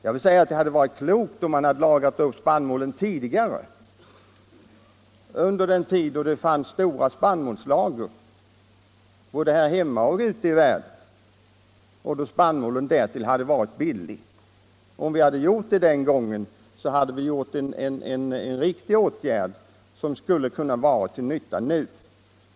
Det hade varit klokt att lagra upp spannmål tidigare, när det fanns stora spannmålslager både här hemma och ute i världen och då spannmålen därtill var billig. Om man då hade lagrat spannmål hade det varit en riktig åtgärd som kunde ha varit till nytta nu.